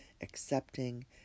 accepting